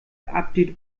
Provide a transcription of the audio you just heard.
update